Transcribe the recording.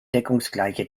deckungsgleiche